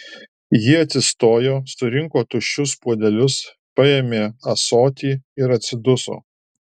ji atsistojo surinko tuščius puodelius paėmė ąsotį ir atsiduso